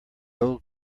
old